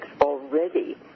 already